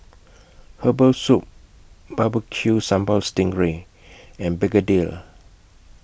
Herbal Soup Bbq Sambal Sting Ray and Begedil